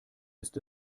ist